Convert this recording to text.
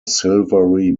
silvery